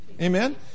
Amen